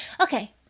okay